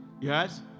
Yes